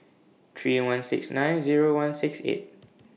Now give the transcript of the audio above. three one six nine Zero one six eight